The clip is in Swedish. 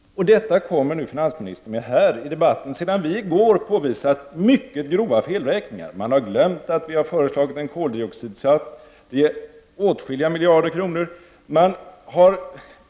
Och denna uppgift kommer nu finansministern med här i debatten, sedan vi i går påvisat mycket grova felräkningar. Man har glömt att vi har föreslagit en koldioxidskatt. Det är åtskilliga miljarder kronor.